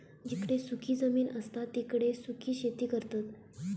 जिकडे सुखी जमीन असता तिकडे सुखी शेती करतत